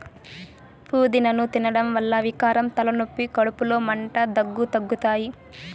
పూదినను తినడం వల్ల వికారం, తలనొప్పి, కడుపులో మంట, దగ్గు తగ్గుతాయి